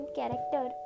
character